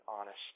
honest